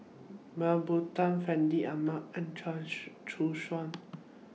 Mah Bow Tan Fandi Ahmad and Chia Choo Suan